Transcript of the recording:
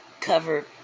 cover